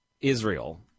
Israel